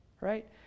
right